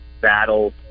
Battle